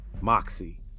moxie